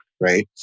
right